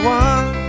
one